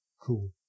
Cool